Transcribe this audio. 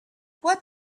what